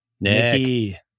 Nick